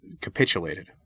capitulated